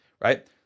right